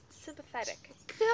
sympathetic